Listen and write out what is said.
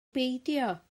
beidio